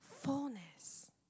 fullness